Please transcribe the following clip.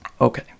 Okay